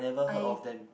I